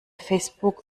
facebook